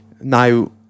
now